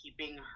keeping